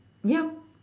yup